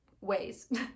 ways